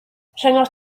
rhyngot